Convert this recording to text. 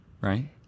right